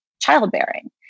childbearing